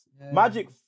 Magic